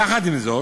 יחד עם זאת,